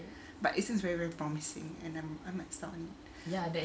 but it's very very promising and I might start on it